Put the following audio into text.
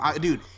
Dude